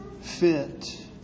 fit